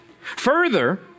Further